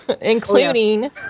including